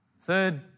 Third